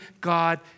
God